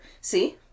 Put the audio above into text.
see